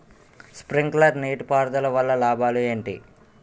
Sprinkler నీటిపారుదల వల్ల లాభాలు ఏంటి?